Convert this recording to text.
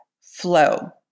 flow